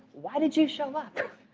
why did you show up?